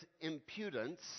impudence